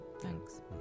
thanks